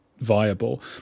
viable